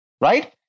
right